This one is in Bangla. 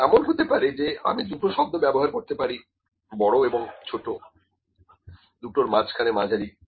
এটা এমন হতে পারে যে আমি দুটো শব্দ ব্যবহার করতে পারি বড় এবং ছোট দুটোর মাঝখানে মাঝারি